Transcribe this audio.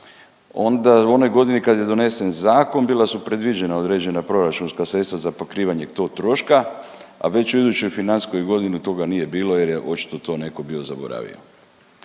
onda u onoj godini kad je donesen zakon bila su predviđena određena proračunska sredstva za pokrivanje tog troška, a već u idućoj financijskoj godini toga nije bilo jer je očito to neko bio zaboravio.